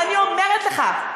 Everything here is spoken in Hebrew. ואני אומרת לך,